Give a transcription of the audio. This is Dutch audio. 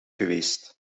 geweest